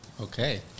Okay